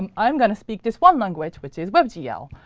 and i'm going to speak this one language, which is webgl.